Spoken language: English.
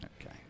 Okay